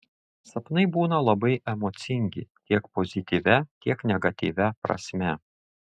sapnai būna labai emocingi tiek pozityvia tiek negatyvia prasme